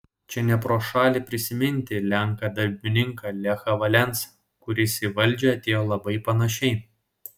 čia ne pro šalį prisiminti lenką darbininką lechą valensą kuris į valdžią atėjo labai panašiai